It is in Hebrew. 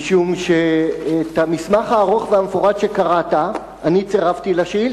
משום שאת המסמך הארוך והמפורט שקראת אני צירפתי לשאילתא.